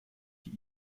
die